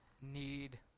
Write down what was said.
need